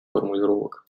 формулировок